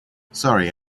sorry